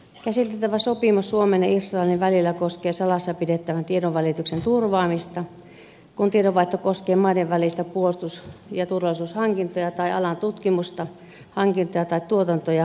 käsiteltävä sopimus suomen ja israelin välillä koskee salassa pidettävän tiedonvälityksen turvaamista kun tiedonvaihto koskee maiden välisiä puolustus ja turvallisuushankintoja tai alan tutkimusta hankintoja tai tuotantoa ja hankkeita